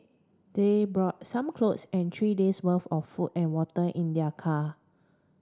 they brought some clothes and three days worth of food and water in their car